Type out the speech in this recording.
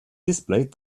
displayed